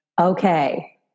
okay